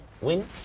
win